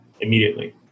immediately